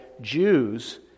Jews